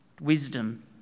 wisdom